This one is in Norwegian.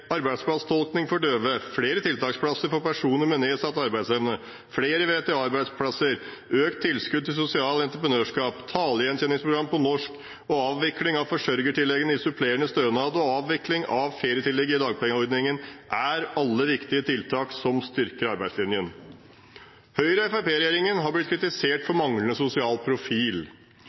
for døve, flere tiltaksplasser for personer med nedsatt arbeidsevne, flere VTA-plasser, økt tilskudd til sosialt entreprenørskap, talegjenkjenningsprogram på norsk, avvikling av forsørgertilleggene i supplerende stønad og avvikling av ferietillegget i dagpengeordningen er alle viktige tiltak som styrker arbeidslinjen. Høyre–Fremskrittsparti-regjeringen har blitt kritisert for manglende sosial profil.